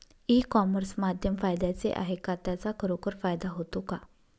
E commerce माध्यम फायद्याचे आहे का? त्याचा खरोखर फायदा होतो का?